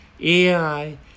AI